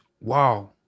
wow